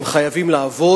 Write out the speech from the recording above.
הם חייבים לעבוד.